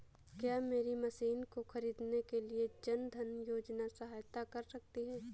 क्या मेरी मशीन को ख़रीदने के लिए जन धन योजना सहायता कर सकती है?